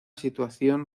situación